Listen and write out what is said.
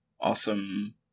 awesome